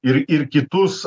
ir ir kitus